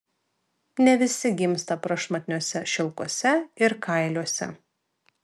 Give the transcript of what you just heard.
ne visi gimsta prašmatniuose šilkuose ir kailiuose